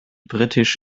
britisch